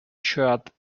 shirt